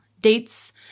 dates